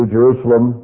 Jerusalem